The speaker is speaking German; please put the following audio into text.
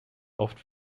oft